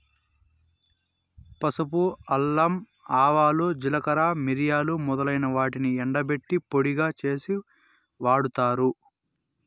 పసుపు, అల్లం, ఆవాలు, జీలకర్ర, మిరియాలు మొదలైన వాటిని ఎండబెట్టి పొడిగా చేసి వాడతారు